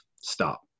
stop